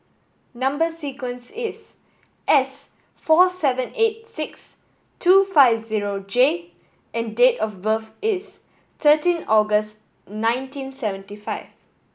number sequence is S four seven eight six two five zero J and date of birth is thirteen August nineteen seventy five